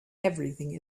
everything